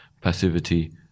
passivity